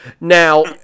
Now